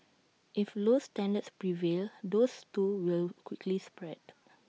if low standards prevail those too will quickly spread